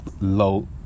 low